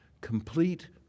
Complete